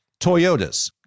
Toyotas